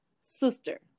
sister